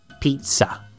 Pizza